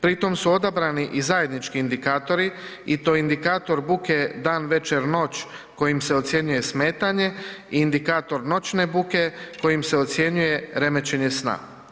Pritom su odabrani i zajednički indikatori i to indikator buke dan-večer-noć kojim se ocjenjuje smetanje i indikator noćne buke kojim se ocjenjuje remećenje sna.